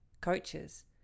coaches